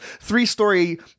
three-story